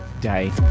day